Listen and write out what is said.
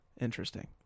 Interesting